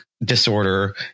disorder